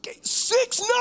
six